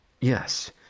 Yes